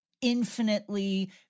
infinitely